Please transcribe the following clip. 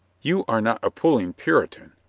you are not a puling puritan!